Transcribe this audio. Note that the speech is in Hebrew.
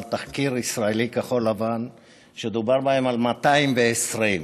תחקיר ישראלי כחול-לבן שדובר בה על 220,